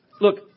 look